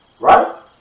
Right